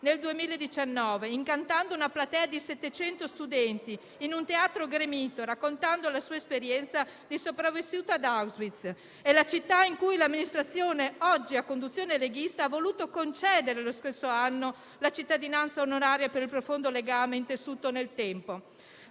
2019, incantando una platea di 700 studenti in un teatro gremito, raccontando la sua esperienza di sopravvissuta ad Auschwitz. Ed è la città in cui l'amministrazione, oggi a conduzione leghista, le ha voluto concedere nello stesso anno la cittadinanza onoraria, per il profondo legame, intessuto nel tempo.